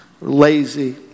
lazy